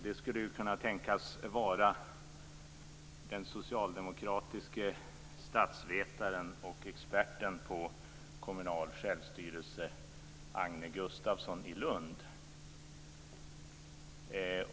Det skulle kunna tänkas vara den socialdemokratiske statsvetaren och experten på kommunal självstyrelse, Agne Gustafsson i Lund.